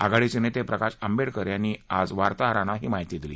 आघाडीचे नेते प्रकाश आंबेडकर यांनी आज वार्ताहरांना ही माहिती दिली